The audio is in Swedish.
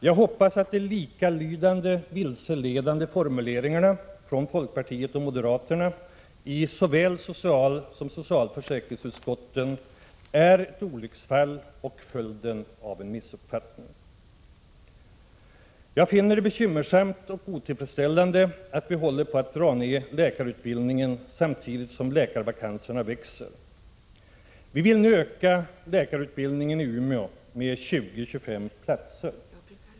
Jag hoppas att de likalydande vilseledande formuleringarna från folkpartiet och moderaterna i såväl socialutskottet som socialförsäkringsutskottet är ett olycksfall och följden av en missuppfattning. Jag finner det bekymmersamt och otillfredsställande att vi håller på att dra ned antalet platser i läkarutbildningen samtidigt som läkarvakanserna växer. Vi vill nu öka läkarutbildningen i Umeå med 20—25 platser.